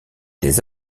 des